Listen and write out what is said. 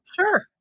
Sure